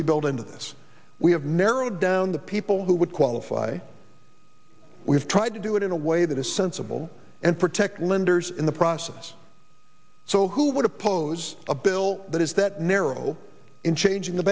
we build into this we have narrowed down the people who would the fly we've tried to do it in a way that is sensible and protect lenders in the process so who would oppose a bill that is that narrow in changing the